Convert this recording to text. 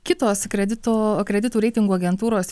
kitos kredito kreditų reitingų agentūros